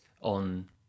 on